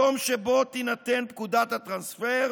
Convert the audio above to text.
היום שבו תינתן פקודת הטרנספר,